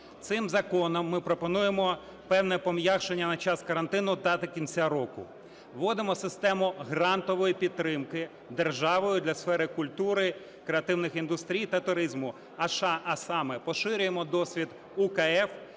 Цим законом ми пропонуємо певне пом'якшення на час карантину та до кінця року. Вводимо систему грантової підтримки державою для сфери культури креативних індустрій та туризму, а саме: поширюємо досвід УКФ